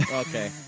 okay